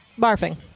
barfing